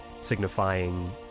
signifying